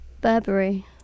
Burberry